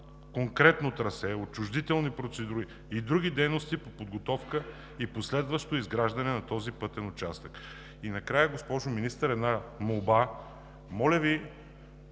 конкретно трасе, отчуждителни процедури и други дейности по подготовка и последващо изграждане на този пътен участък? Накрая, госпожо Министър, една молба: моля Ви